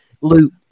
loop